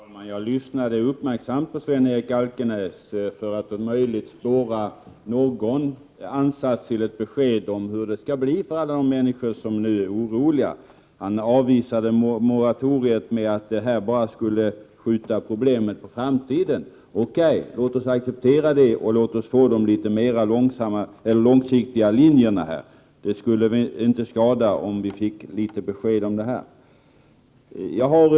Herr talman! Jag lyssnade uppmärksamt på Sven-Erik Alkenäs för att om möjligt spåra någon ansats till besked om hur det skall bli för alla de människor som nu är oroliga. Han avvisade tanken på ett moratorium med att säga att problemet bara skjuts på framtiden. Okej, låt oss acceptera det och låt oss få de mera långsiktiga linjerna. Det skulle inte skada om vi fick — Prot. 1988/89:124 besked.